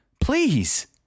Please